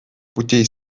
путей